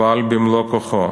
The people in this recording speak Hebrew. פעל במלוא כוחו.